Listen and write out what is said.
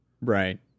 Right